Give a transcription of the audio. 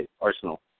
Arsenal